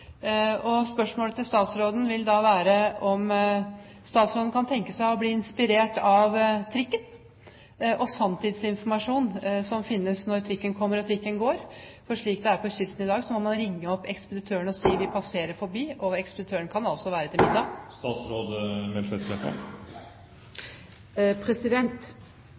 Spørsmålet til statsråden vil da være om statsråden kan tenke seg å bli inspirert av trikken og sanntidsinformasjon som finnes, om når trikken kommer, og når trikken går. Slik det er på kysten i dag, må man ringe opp ekspeditøren og si at vi passerer forbi, og ekspeditøren kan da altså være til middag.